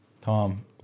Tom